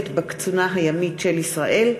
לימוד התרבות והמורשת הערבית),